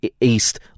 East